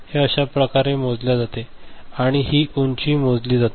हे अश्या प्रकारे मोजल्या जाते आणि ही उंची मोजली जाते